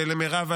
ולמירב,